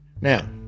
Now